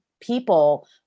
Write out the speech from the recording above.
people